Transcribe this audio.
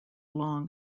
long